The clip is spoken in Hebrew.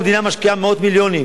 היום המדינה משקיעה מאות מיליונים,